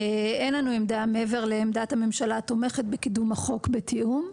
אין לנו עמדה מעבר לעמדת הממשלה התומכת בקידום החוק בתיאום.